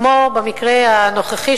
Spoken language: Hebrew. כמו במקרה הנוכחי,